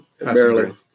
Barely